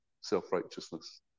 self-righteousness